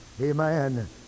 Amen